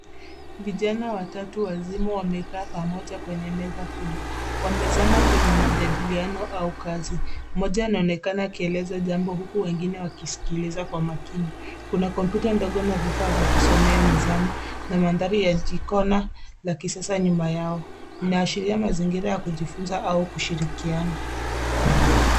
Vijana watatu wazima wamekaa pamoja kwenye meza kubwa. Wamezama kwenye majadiliano au kazi. Mmoja anaonekana akieleza jambo huku wengine wakimsikiliza kwa makini. Kuna kompyuta ndogo na vifaa vya kusomea mezani. Na mandhari ya jiko ya kisasa nyuma yao. Inaashiria mazingira ya kujifunza au kushirikiana.